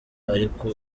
ariko